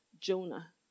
Jonah